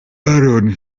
aaron